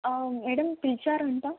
madam పిలిచారంట